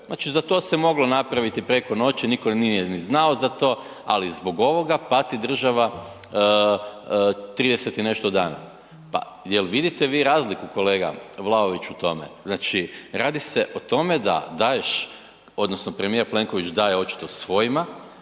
Znači za to se moglo napraviti preko noći, nitko nije ni znao za to, ali zbog ovoga pati država 30 i nešto dana. Pa je li vidite vi razliku kolega Vlaović u tome? Znači radi se o tome da daješ odnosno premijer Plenković daje očito svojima,